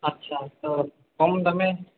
আচ্ছা তো কম দামে